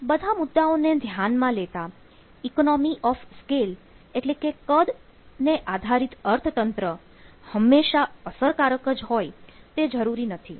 બધા મુદ્દાઓને ધ્યાનમાં લેતા ઈકોનોમી ઓફ સ્કેલ ને આધારિત અર્થતંત્ર હંમેશા અસરકારક જ હોય તે જરૂરી નથી